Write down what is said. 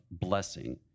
blessing